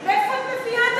סליחה,